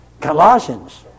Colossians